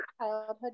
childhood